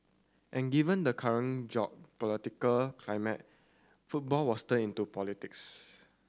and given the current geopolitical climate football was turned into politics